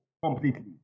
Completely